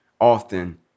often